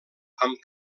amb